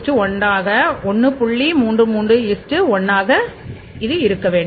331 ஆக இரு இருக்க வேண்டும்